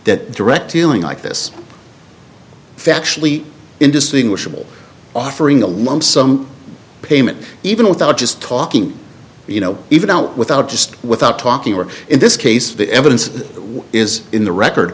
that direct eeling like this factually indistinguishable offering a lump sum payment even without just talking you know even out without just without talking or in this case the evidence is in the record